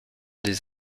des